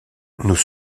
nous